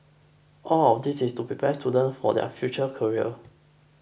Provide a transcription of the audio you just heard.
all of this is to prepare students for their future career